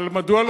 אבל מדוע לא,